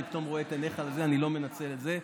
אני פתאום רואה את עיניך ואני לא מנצל את זה.